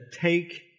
Take